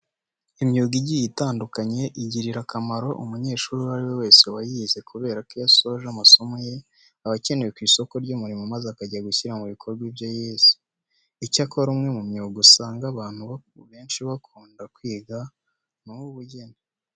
Imyuga igiye itandukanye igirira akamaro umunyeshuri uwo ari we wese wayize kubera ko iyo asoje amasomo ye, aba akenewe ku isoko ry'umurimo maze akajya gushyira mu bikorwa ibyo yize. Icyakora umwe mu myuga usanga abantu benshi bakunda kwiga ni uw'ubugeni.